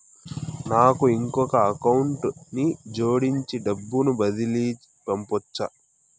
నాకు ఇంకొక అకౌంట్ ని జోడించి డబ్బును బదిలీ పంపొచ్చా?